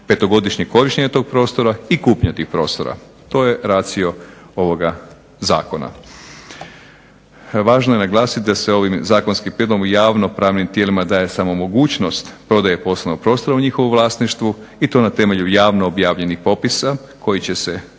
petogodišnjeg korištenja tog prostora i kupnje tih prostora. To je ratio ovoga zakona. Važno je naglasiti da se ovim zakonskim prijedlogom javno-pravnim tijelima daje samo mogućnost prodaje poslovnog prostora u njihovu vlasništvu i to na temelju javno objavljenih popisa koji će se